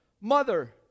mother